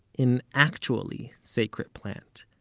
an actually sacred plant.